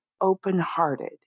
open-hearted